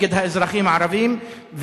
נגד האזרחים הערבים.